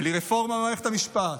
בלי רפורמה במערכת המשפט,